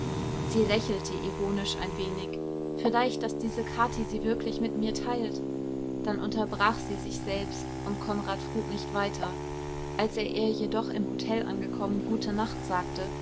sie lächelte ironisch ein wenig vielleicht daß diese kathi sie wirklich mit mir teilt dann unterbrach sie sich selbst und konrad frug nicht weiter als er ihr jedoch im hotel angekommen gute nacht sagte